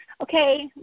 okay